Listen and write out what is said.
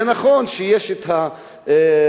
זה נכון שיש את המאהל,